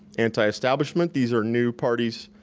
anti-establishment, these are new parties,